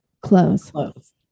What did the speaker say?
close